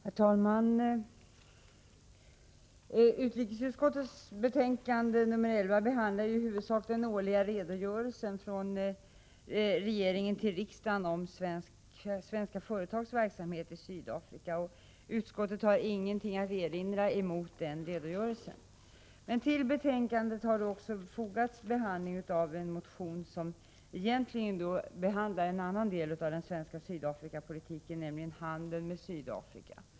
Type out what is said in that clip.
Herr talman! Utrikesutskottets betänkande nr 11' behandlar huvudsakligen den årliga redogörelsen från regeringen till riksdagen om svenska företags verksamhet i Sydafrika. Utskottet har inget att erinra mot den redogörelsen. Till betänkandet har också fogats behandling av en motion som egentligen rör en annan del av den svenska sydafrikapolitiken, nämligen handeln med Sydafrika.